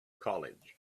college